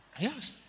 Yes